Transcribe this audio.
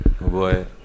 boy